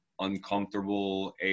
uncomfortable